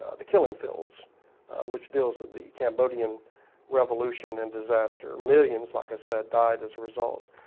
ah the killing fields which deals with the cambodian revolution and disaster. millions, like i said, died as a result.